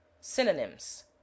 Synonyms